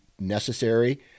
necessary